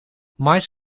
maïs